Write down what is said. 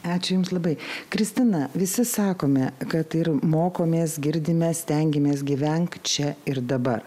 ačiū jums labai kristina visi sakome kad ir mokomės girdime stengiamės gyvenk čia ir dabar